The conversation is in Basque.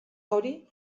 hori